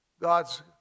God's